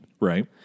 Right